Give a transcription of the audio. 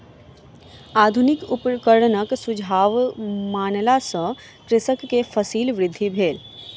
आधुनिक उपकरणक सुझाव मानला सॅ कृषक के फसील वृद्धि भेल